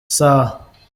saha